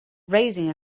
raising